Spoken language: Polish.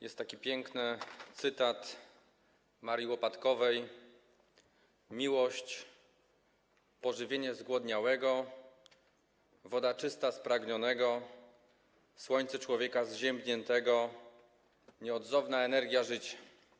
Jest taki piękny cytat, myślę o Marii Łopatkowej: Miłość - pożywienie zgłodniałego, woda czysta spragnionego, słońce człowieka zziębniętego, nieodzowna energia życia.